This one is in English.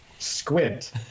Squint